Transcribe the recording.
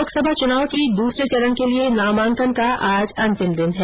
लोकसभा चुनाव के दूसरे चरण के लिये नामांकन का आज अंतिम दिन है